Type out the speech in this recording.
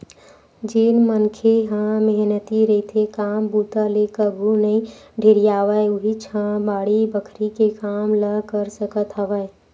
जेन मनखे ह मेहनती रहिथे, काम बूता ले कभू नइ ढेरियावय उहींच ह बाड़ी बखरी के काम ल कर सकत हवय